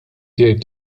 jgħid